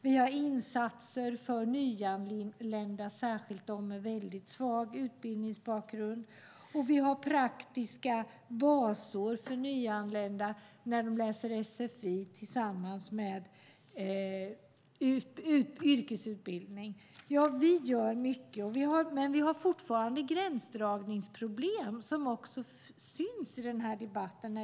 Vi har insatser för nyanlända, särskilt de med väldigt svag utbildningsbakgrund, och vi har praktiska basår för nyanlända när de läser SFI tillsammans med yrkesutbildning. Ja, vi gör mycket, men vi har fortfarande gränsdragningsproblem som också syns i denna debatt.